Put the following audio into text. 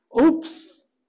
oops